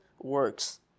works